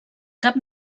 cap